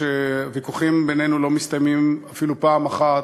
והוויכוחים בינינו לא מסתיימים אפילו פעם אחת,